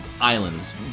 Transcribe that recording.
Islands